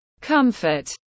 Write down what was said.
comfort